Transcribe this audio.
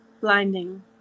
blinding